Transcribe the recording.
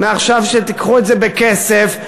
מעכשיו תיקחו את זה בכסף,